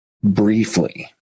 briefly